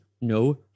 no